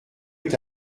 est